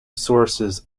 sources